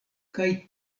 kaj